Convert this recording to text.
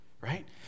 Right